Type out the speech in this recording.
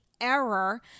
Error